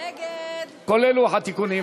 כולל לוח התיקונים.